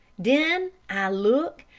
den i look,